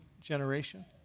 generation